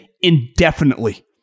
indefinitely